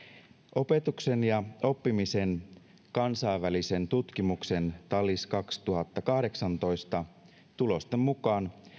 opetuksen ja oppimisen kansainvälisen tutkimuksen talis kaksituhattakahdeksantoista tulosten mukaan